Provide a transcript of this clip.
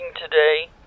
Today